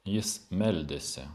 jis meldėsi